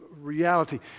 reality